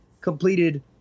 Completed